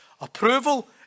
approval